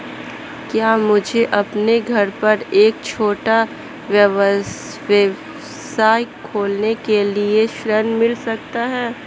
क्या मुझे अपने घर पर एक छोटा व्यवसाय खोलने के लिए ऋण मिल सकता है?